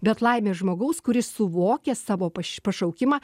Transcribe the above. bet laimė žmogaus kuris suvokia savo paš pašaukimą